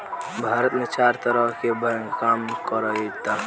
भारत में चार तरह के बैंक काम करऽता